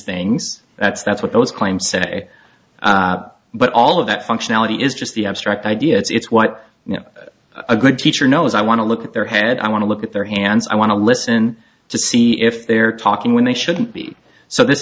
things that's that's what those claims say but all of that functionality is just the abstract idea it's what you know a good teacher knows i want to look at their head i want to look at their hands i want to listen to see if they're talking when they shouldn't be so this